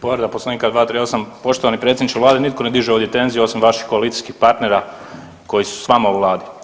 Povreda Poslovnika 238., poštovani predsjedniče Vlade nitko ne diže ovdje tenziju osim vaših koalicijskih partnera koji su s vama u Vladi.